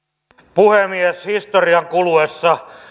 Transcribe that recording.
puhemies historian kuluessa